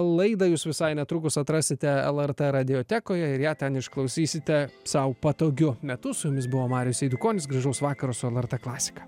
laidą jūs visai netrukus atrasite lrt radijotekoje ir ją ten išklausysite sau patogiu metu su jumis buvo marius eidukonis gražaus vakaro su lrt klasika